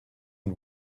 and